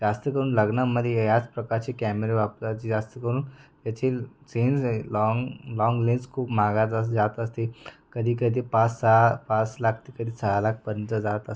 जास्त करून लग्नामध्ये याच प्रकारचे कॅमेरे वापरायची जास्त करून याची चेंज आहे लाँग लाँग लेन्स खूप महागातच जात असते कधीकधी पाच सहा पाच लाख ते कधी सहा लाखपर्यंत जात अस